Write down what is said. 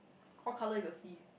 what colour is your sea